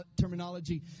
terminology